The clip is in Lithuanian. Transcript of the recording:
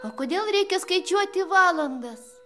o kodėl reikia skaičiuoti valandas